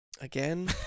Again